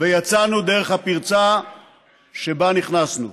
ויצאנו דרך הפרצה שבה נכנסנו.